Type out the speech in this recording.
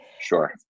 sure